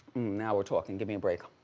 now we're talking, give me a break.